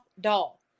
doll